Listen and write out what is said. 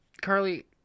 Carly